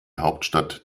hauptstadt